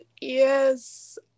yes